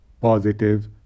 positive